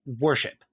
worship